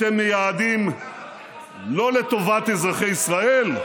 אתם מייעדים לא לטובת אזרחי ישראל.